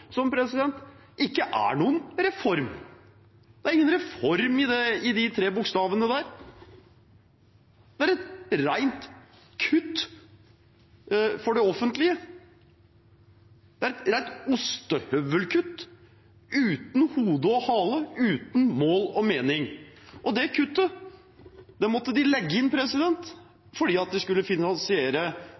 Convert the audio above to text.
ikke er noen reform! Det er ingen reform i de tre bokstavene der. Det er et reint kutt for det offentlige! Det er et reint ostehovelkutt, uten hode og hale, uten mål og mening. Og det kuttet, det måtte de legge inn fordi de skulle finansiere